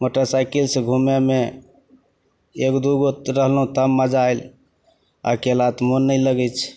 मोटरसाइकिलसे घुमैमे एक दुइगो रहलहुँ तब मजा आएल अकेला तऽ मोन नहि लागै छै